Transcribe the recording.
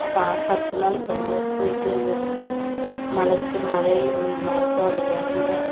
ப பத்து நாளைக்கு ஒரு முறை போய்ட்டு அந்த இடத்துல மலைச்சி மலை மரத்தோடய இலைங்க